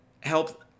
help